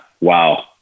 wow